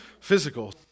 physical